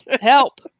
Help